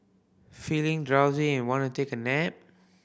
feeling drowsy and want to take a nap